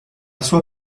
sua